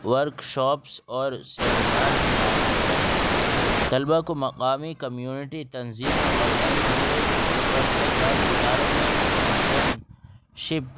workshops اور seminars منعقد کریں طلبا کو مقامی کمیونٹی تنظیموں اور این جی اوز اور سرکاری اداروں میں انٹرنشپ